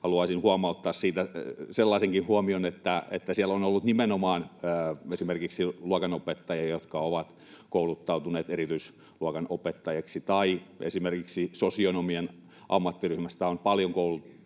haluaisin huomauttaa sellaisenkin huomion, että siellä on ollut nimenomaan esimerkiksi luokanopettajia, jotka ovat kouluttautuneet erityisluokanopettajiksi, tai esimerkiksi sosionomien ammattiryhmästä on paljon kouluttautunut